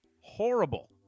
horrible